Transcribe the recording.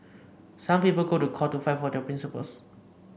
some people go to court to fight for their principles